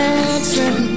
Dancing